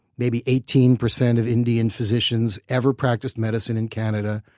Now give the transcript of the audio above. maybe eighteen percent of indian physicians ever practiced medicine in canada,